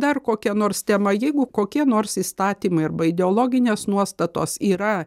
dar kokia nors tema jeigu kokie nors įstatymai arba ideologinės nuostatos yra